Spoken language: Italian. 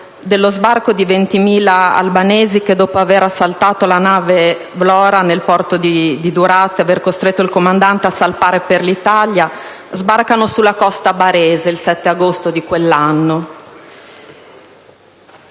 lo sbarco di 20.000 albanesi che, dopo aver assaltato la nave Vlora nel porto di Durazzo ed aver costretto il comandante a salpare per l'Italia, sbarcano sulla costa barese, il 7 agosto di quell'anno.